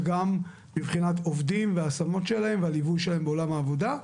וגם מבחינת עובדים וההשמות שלהם והליווי שלהם בעולם העבודה.